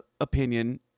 opinion